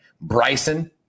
Bryson